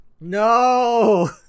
no